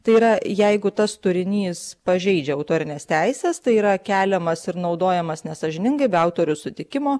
tai yra jeigu tas turinys pažeidžia autorines teises tai yra keliamas ir naudojamas nesąžiningai be autorių sutikimo